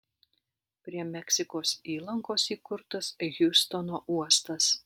prie meksikos įlankos įkurtas hjustono uostas